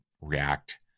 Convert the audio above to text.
react